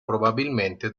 probabilmente